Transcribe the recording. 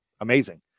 amazing